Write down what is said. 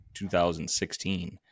2016